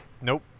Nope